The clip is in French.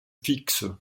fixes